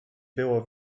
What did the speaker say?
było